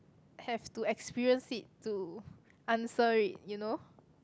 have to experience it to answer it you know